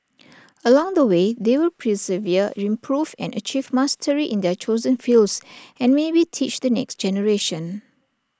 along the way they will persevere improve and achieve mastery in their chosen fields and maybe teach the next generation